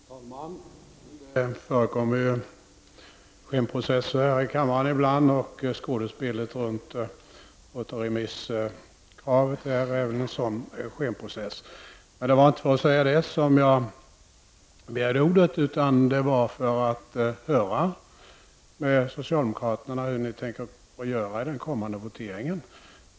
Herr talman! Det förekommer ju skenprocesser här i kammaren ibland. Skådespelet runt återremisskravet är väl en sådan skenprocess. Men det var inte för att säga det som jag begärde ordet, utan det var för att höra med socialdemokraterna hur de tänker göra i den kommande voteringen.